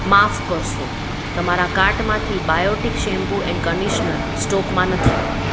માફ કરશો તમારા કાર્ટમાંથી બાયોટિક શેમ્પૂ એન્ડ કંડીશનર સ્ટોકમાં નથી